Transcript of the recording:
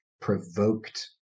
provoked